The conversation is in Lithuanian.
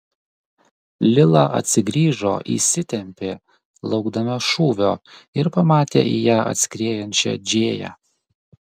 lila atsigrįžo įsitempė laukdama šūvio ir pamatė į ją atskriejančią džėją